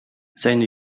seine